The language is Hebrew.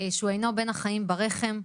שהוא אינו בין החיים בתוך הרחם.